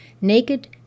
naked